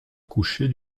coucher